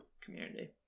community